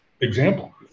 example